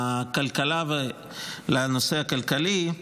לכלכלה ולנושא הכלכלי.